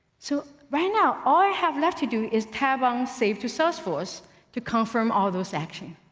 so right now, all i have left to do is tab on save to salesforce to confirm all those actions.